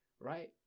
right